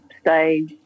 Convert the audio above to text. stay